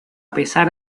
pesar